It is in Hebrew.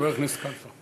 חבר הכנסת כלפה.